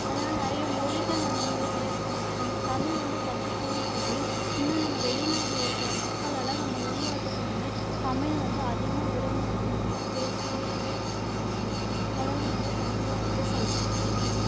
அதனால் நிறைய மொலிகளை வந்து பேசுகிறாங்கல்ல நம்ம தமிழ் வந்து கத்துக்கணும்னு சொல்லி இன்னும் நம்ம வெளிநாட்டில இருக்கிற மக்களெல்லாம் நம்ம உள்நாட்டுக்கு வந்து தமிழ் வந்து அதிகமாக விரும்புகிறாங்க நல்லா பேசணுன்னு சொல்லிக் கத்துக்கிறாங்கள் அதெல்லாம் வந்து தமிழ்ல வந்து சொல்கிறாங்க